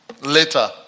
later